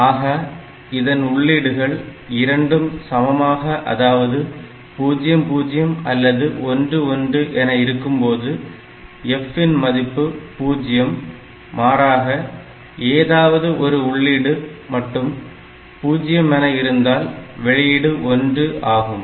ஆக இதன் உள்ளீடுகள் இரண்டும் சமமாக அதாவது 00 அல்லது 11 என இருக்கும்போது F இன் மதிப்பு 0 மாறாக ஏதாவது ஒரு உள்ளீடு மட்டும் 0 என இருந்தால் வெளியீடு 1 ஆகும்